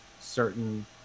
certain